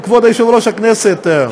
כבוד יושב-ראש הכנסת,